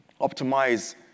optimize